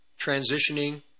transitioning